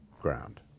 ground